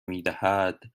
میدهد